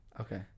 Okay